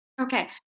okay